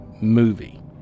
movie